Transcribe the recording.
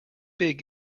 big